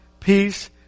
Peace